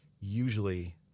usually